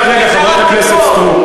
רק רגע, חברת הכנסת סטרוק.